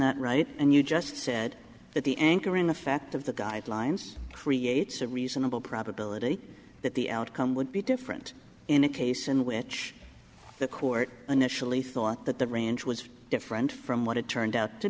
that right and you just said that the anchor in effect of the guidelines creates a reasonable probability that the outcome would be different in a case in which the court initially thought that the range was different from what it turned out to